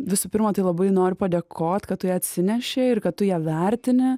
visų pirma tai labai noriu padėkot kad tu ją atsinešei ir kad tu ją vertini